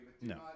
no